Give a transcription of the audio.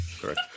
Correct